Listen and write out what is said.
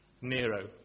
Nero